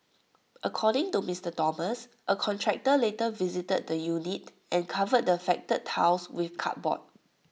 according to Mister Thomas A contractor later visited the unit and covered the affected tiles with cardboard